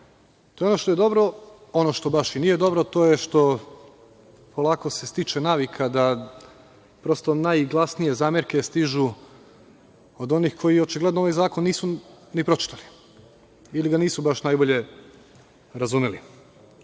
To je ono što je dobro. Ono što baš i nije dobro to je što polako se stiče navika da prosto najglasnije zamerke stižu od onih koji očigledno ovaj zakon nisu ni pročitali ili ga nisu baš najbolje razumeli,